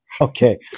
Okay